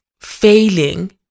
failing